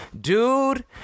Dude